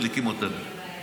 מדליקים אותנו.